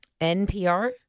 NPR